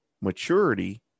Maturity